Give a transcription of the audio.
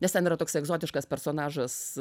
nes ten yra toks egzotiškas personažas